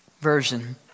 Version